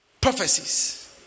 prophecies